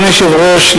אדוני היושב-ראש,